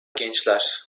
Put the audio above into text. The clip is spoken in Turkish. gençler